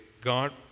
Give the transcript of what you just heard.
God